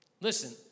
Listen